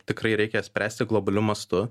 tikrai reikia spręsti globaliu mastu